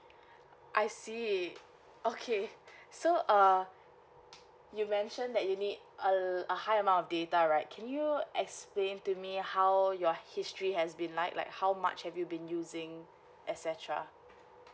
I see okay so uh you mentioned that you need a a high amount of data right can you explain to me how your history has been like like how much have you been using et cetera